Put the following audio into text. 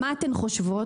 מה אתן חושבות?